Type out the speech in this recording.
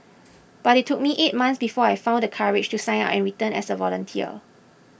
but it took me eight months before I found the courage to sign up and return as a volunteer